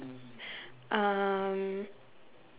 um